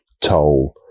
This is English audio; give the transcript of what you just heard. toll